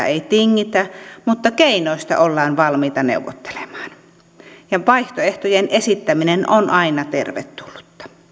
ei tingitä mutta keinoista ollaan valmiita neuvottelemaan ja vaihtoehtojen esittäminen on aina tervetullutta